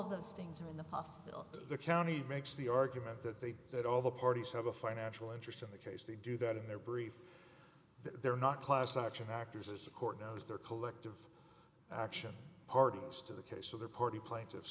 of those things in the hospital the county makes the argument that they do that all the parties have a financial interest in the case they do that in their brief they're not class action actors as the court knows their collective action party has to the case of the party plaintiffs